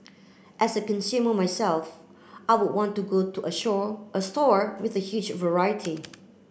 as a consumer myself I would want to go to a shore a store with a huge variety